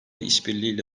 işbirliğiyle